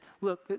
Look